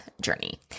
journey